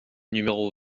numéro